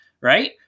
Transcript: right